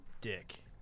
dick